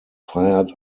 fired